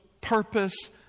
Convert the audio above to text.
purpose